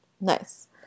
nice